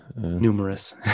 numerous